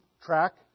track